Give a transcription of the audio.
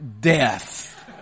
death